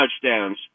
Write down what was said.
touchdowns